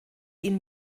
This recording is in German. ihn